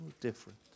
different